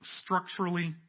structurally